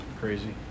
crazy